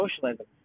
socialism